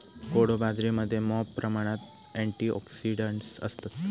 कोडो बाजरीमध्ये मॉप प्रमाणात अँटिऑक्सिडंट्स असतत